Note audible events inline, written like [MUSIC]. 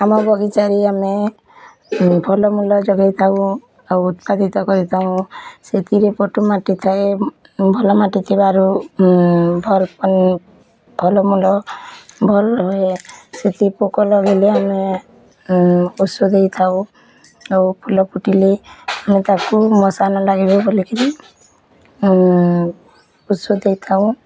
ଆମ ବଗିଚାରେ ଆମେ ଫଲମୂଲ ଜଗାଇଥାଉ ଆଉ ଉତ୍ପାଦିତ କରିଥାଉ ସେଥିରେ ପଟୁମାଟି ଥାଏ ଭଲ ମାଟି ଥିବାରୁ ଭଲ୍ ଫଲମୂଲ ଭଲ୍ ୟେ ସେଥି ପୋକ ଲାଗିଲେ ଆମେ ଔଷଧ ଦେଇଥାଉ ଆଉ ଫୁଲ ଫୁଟିଲେ ଆମେ ତାକୁ [UNINTELLIGIBLE] ବୁଲିକି ଔଷଧ୍ ଦେଇଥାଉ